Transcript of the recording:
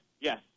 Yes